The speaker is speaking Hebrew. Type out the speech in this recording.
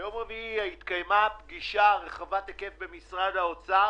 ביום רביעי התקיימה פגישה רחבת היקף במשרד האוצר,